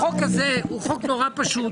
החוק הזה הוא חוק נורא פשוט.